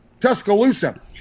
Tuscaloosa